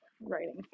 writing